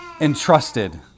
entrusted